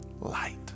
light